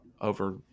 over